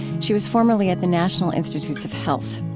she was formerly at the national institutes of health.